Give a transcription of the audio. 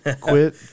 Quit